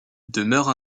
demeure